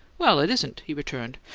well, it isn't, he returned.